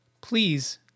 Please